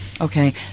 Okay